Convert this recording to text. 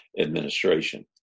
Administration